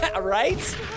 Right